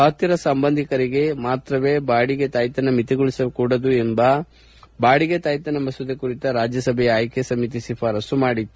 ಹತ್ತಿರದ ಸಂಬಂಧಿಕರಿಗೆ ಮಾತ್ರವೇ ಬಾಡಿಗೆ ತಾಯ್ತನವನ್ನು ಮಿತಿಗೊಳಿಸ ಕೂಡದು ಎಂದು ಬಾದಿಗೆ ತಾಯ್ತನ ಮಸೂದೆ ಕುರಿತ ರಾಜ್ಯಸಭೆಯ ಆಯ್ಕೆ ಸಮಿತಿ ಶಿಫಾರಸ್ಪು ಮಾಡಿತ್ತು